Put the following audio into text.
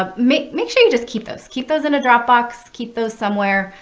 ah make make sure you just keep those. keep those in a dropbox. keep those somewhere,